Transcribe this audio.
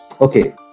Okay